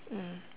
mm